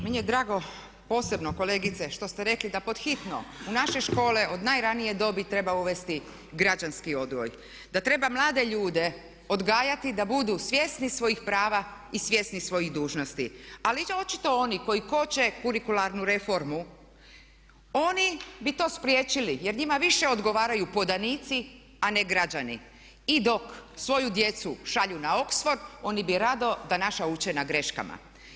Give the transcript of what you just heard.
Meni je drago posebno kolegice što ste rekli da pod hitno u naše škole od najranije dobi treba uvesti građanski odgoj, da treba mlade ljude odgajati da budu svjesni svojih prava i svjesni svojih dužnosti ali očito oni koji koče karikiranu reformu, oni bi to spriječili jer njima više odgovaraju podanici a ne građani i dok svoju djecu šalju na Oxford oni bi rado da naša uče na greškama.